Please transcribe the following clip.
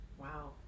Wow